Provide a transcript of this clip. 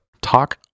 Talk